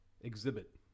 Exhibit